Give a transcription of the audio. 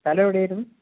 സ്ഥലം എവിടെയായിരുന്നു